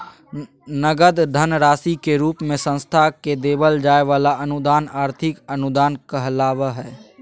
नगद धन राशि के रूप मे संस्था के देवल जाय वला अनुदान आर्थिक अनुदान कहलावय हय